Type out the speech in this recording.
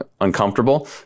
uncomfortable